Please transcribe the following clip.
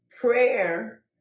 prayer